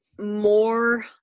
more